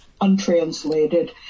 untranslated